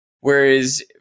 whereas